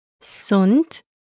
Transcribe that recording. Sunt